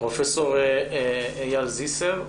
פרופסור אייל זיסר,